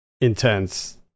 intense